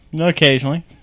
Occasionally